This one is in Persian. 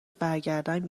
برگردم